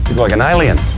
like an alien.